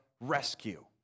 rescue